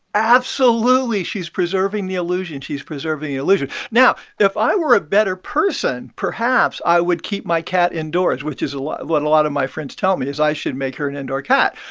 absolutely. she's preserving the illusion. she's preserving the illusion. now, if i were a better person, perhaps i would keep my cat indoors, which is a lot what and a lot of my friends tell me is i should make her an indoor cat.